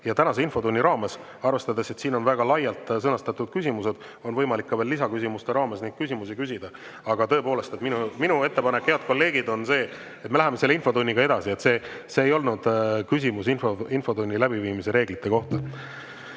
ja tänases infotunnis, arvestades, et siin on väga laialt sõnastatud küsimused, on võimalik veel lisaküsimuste raames neid küsimusi küsida. (Saalist räägitakse.) Aga tõepoolest, minu ettepanek, head kolleegid, on see, et me läheme infotunniga edasi. See ei olnud küsimus infotunni läbiviimise reeglite kohta.